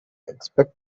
expect